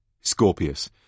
Scorpius